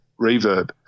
reverb